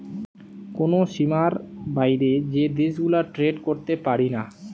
কোন সীমার বাইরে যে দেশ গুলা ট্রেড করতে পারিনা